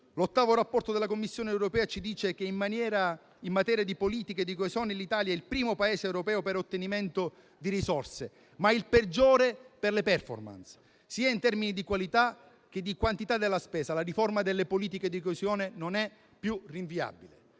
l'ottavo rapporto della Commissione europea ci dice che, in materia di politiche di coesione, l'Italia è il primo Paese europeo per ottenimento di risorse, ma il peggiore per le *performance,* sia in termini di qualità sia di quantità della spesa. La riforma delle politiche di coesione non è più rinviabile.